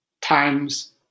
times